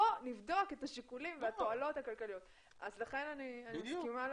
'בוא נבדוק את השיקולים והתועלות הכלכליות' לכן אני מסכימה